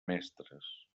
mestres